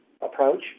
approach